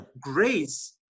grace